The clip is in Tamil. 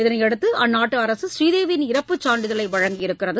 இதனையடுத்து அந்நாட்டு அரசு ஸ்ரீதேவியின் இறப்புச் சான்றிதழை வழங்கியுள்ளது